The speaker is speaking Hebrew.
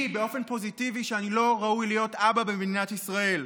באופן פוזיטיבי שאני לא ראוי להיות אבא במדינת ישראל,